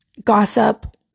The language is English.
gossip